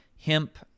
hemp